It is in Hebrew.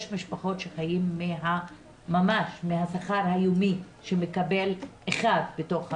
יש משפחות שחיות ממש מהשכר היומי שמקבל אחד בתוך המשפחה.